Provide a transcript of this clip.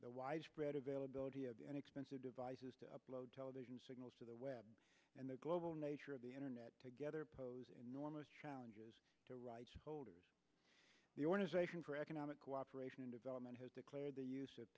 the widespread availability of and expensive devices to upload television signals to the web and the global nature of the internet together poses enormous challenges to rights holders the organisation for economic co operation and development has declared the use of